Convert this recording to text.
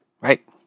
right